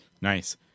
Nice